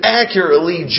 accurately